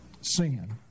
Sin